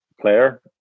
player